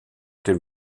den